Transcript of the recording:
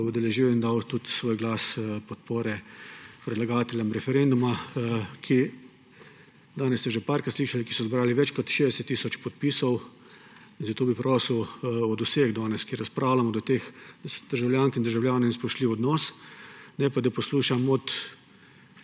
udeležil in dal tudi svoj glas podpore predlagateljem referenduma, ki so, danes ste že večkrat slišali, zbrali več kot 60 tisoč podpisov. Zato bi prosil od vseh danes, ki razpravljamo, do teh državljank in državljanov en spoštljiv odnos, ne pa, da poslušam od